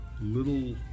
little